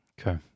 Okay